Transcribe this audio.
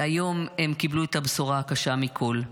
והיום הם קיבלו את הבשורה הקשה מכול.